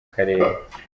karere